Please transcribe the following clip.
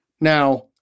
Now